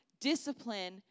discipline